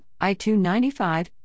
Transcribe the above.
I-295